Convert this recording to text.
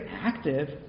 active